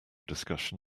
discussion